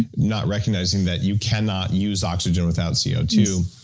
not recognizing that you cannot use oxygen without c o two